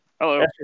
hello